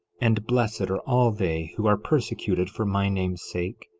and blessed are all they who are persecuted for my name's sake,